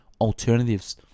alternatives